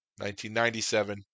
1997